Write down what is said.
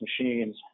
machines